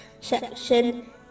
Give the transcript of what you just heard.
section